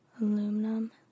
aluminum